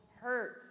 hurt